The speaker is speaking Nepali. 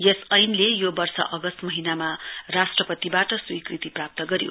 यस ऐनले यो वर्ष अगस्त महीनामा राष्ट्रपतिबाट स्वीकृति प्राप्त गर्यो